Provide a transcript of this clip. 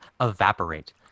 evaporate